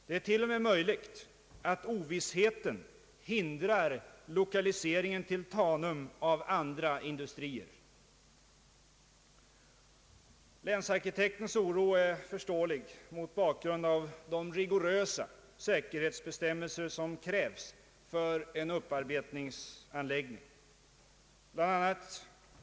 Det är t.o.m. möjligt att ovissheten hindrar lokaliseringen till Tanum av andra industrier.» Länsarkitektens oro är förståelig mot bakgrund av de rigorösa säkerhetsbestämmelser som gäller för en upparbetningsanläggning.